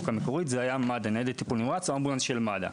היה ניידת טיפול נמרץ או אמבולנס של "מד"א".